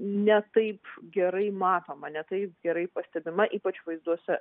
ne taip gerai matoma ne taip gerai pastebima ypač vaizduose